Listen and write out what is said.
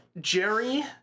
Jerry